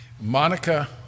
Monica